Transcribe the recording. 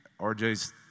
RJ's